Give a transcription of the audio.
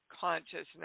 consciousness